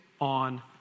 on